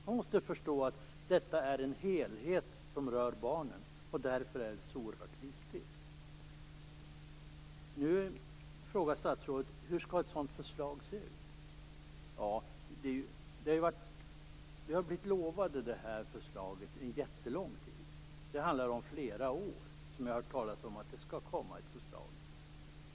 Man måste förstå att detta är en helhet, som rör barnen, och därför är det så oerhört viktigt. Nu frågar statsrådet hur ett sådant förslag skall se ut. Vi har blivit lovade det här förslaget under mycket lång tid. Jag har i flera år hört talas om att det skall komma ett förslag.